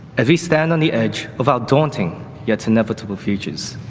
as we stand on the edge of our daunting yet inevitable futures,